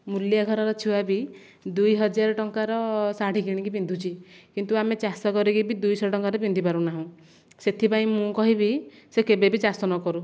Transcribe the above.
ମୂଲିଆ ଘରର ଛୁଆ ବି ଦୁଇହଜାର ଟଙ୍କାର ଶାଢ଼ୀ କିଣିକି ପିନ୍ଧୁଛି କିନ୍ତୁ ଆମେ ଚାଷ କରିକି ବି ଦୁଇଶହ ଟଙ୍କାରେ ପିନ୍ଧିପାରୁନାହୁଁ ସେଥିପାଇଁ ମୁଁ କହିବି ସେ କେବେବି ଚାଷ ନ କରୁ